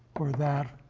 or that,